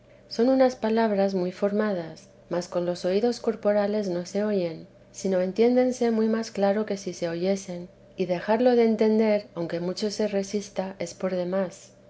son unas palabras muy formadas mas con los oídos corporales no se oyen sino entiéndense muy más claro que si se oyesen y dejarlo de entender aunque mucho se resista es por demás